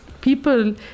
people